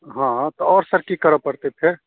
अच्छा तऽ आओर सर कि करऽ पड़तै फेर